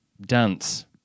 dance